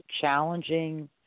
challenging